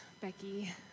Becky